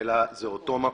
אלא זה אותו מקום.